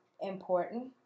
important